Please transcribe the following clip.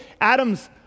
Adam's